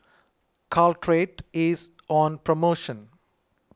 Caltrate is on promotion